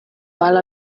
while